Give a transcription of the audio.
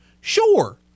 Sure